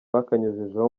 bakanyujijeho